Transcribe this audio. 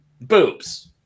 boobs